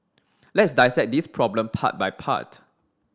let's dissect this problem part by part